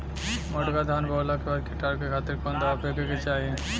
मोटका धान बोवला के बाद कीटाणु के खातिर कवन दावा फेके के चाही?